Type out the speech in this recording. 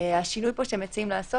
השינוי שמציעים לעשות